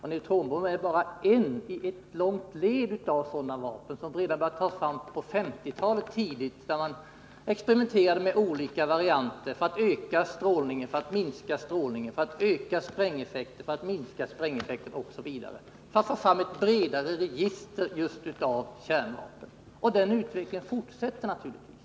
Neutronbomben är bara en i en lång rad av sådana vapen, som man började ta fram redan tidigt på 1950-talet, när man experimenterade med olika varianter för att öka strålningen, minska strålningen, öka sprängeffekter, minska sprängeffekter osv., i syfte att få fram ett bredare register just av kärnvapen. Den utvecklingen fortsätter naturligtvis.